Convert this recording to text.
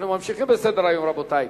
אנחנו ממשיכים בסדר-היום, רבותי,